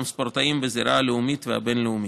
ספורטאים בזירה הלאומית והבין-לאומית.